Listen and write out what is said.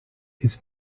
his